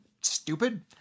stupid